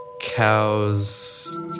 Cows